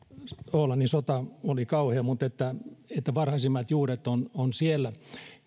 oolannin sota oli kauhea mutta varhaisimmat juuret ovat siellä